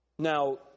Now